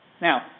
Now